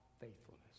faithfulness